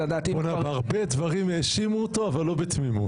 בהרבה דברים האשימו אותו, אבל לא בתמימות.